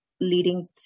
leading